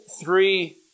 three